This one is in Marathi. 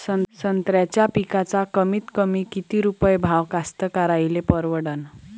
संत्र्याचा पिकाचा कमीतकमी किती रुपये भाव कास्तकाराइले परवडन?